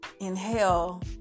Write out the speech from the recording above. inhale